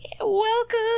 Welcome